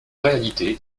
réalité